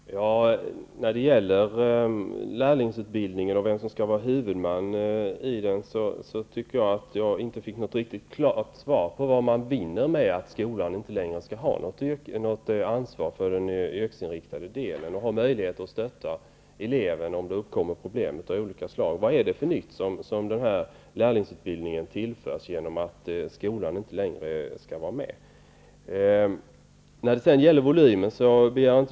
Herr talman! När det gäller lärlingsutbildningen och vem som skall vara huvudman tycker jag inte att jag fick något riktigt svar på vad man vinner på att skolan inte längre skall ha något ansvar för den yrkesinriktade delen och ha möjlighet att stötta eleven om det uppkommer problem av olika slag. Jag begär inte att Ulf Melin i detalj skall kunna redovisa volymen.